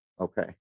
Okay